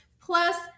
plus